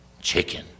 Chicken